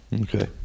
Okay